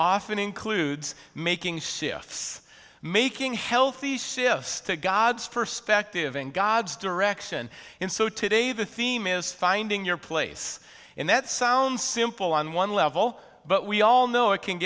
often includes making shifts making healthy shifts to god's perspective and god's direction and so today the theme is finding your place in that sound simple on one level but we all know it can